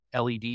led